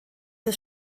des